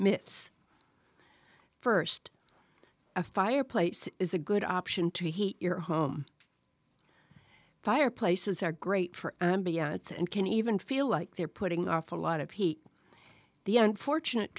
minutes first a fireplace is a good option to heat your home fireplaces are great for it's and can even feel like they're putting off a lot of heat the unfortunate